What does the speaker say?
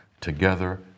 together